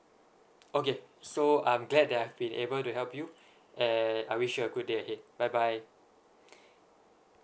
okay so I'm glad that I've been able to help you and I wish you a good day ahead bye bye